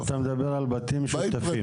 אתה מדבר על בתים משותפים.